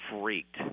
freaked